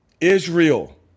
Israel